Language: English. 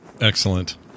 Excellent